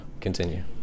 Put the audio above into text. continue